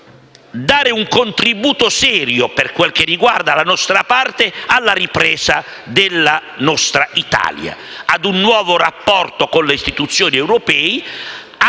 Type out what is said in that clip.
dare un contributo serio, per quanto riguarda la nostra parte, alla ripresa della nostra Italia, a un nuovo rapporto con le istituzioni europee